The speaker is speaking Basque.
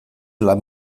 lan